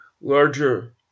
larger